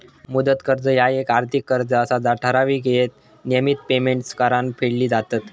मुदत कर्ज ह्या येक आर्थिक कर्ज असा जा ठराविक येळेत नियमित पेमेंट्स करान फेडली जातत